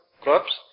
crops